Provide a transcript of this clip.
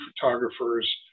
photographers